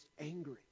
angry